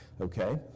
okay